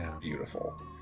beautiful